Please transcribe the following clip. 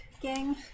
gang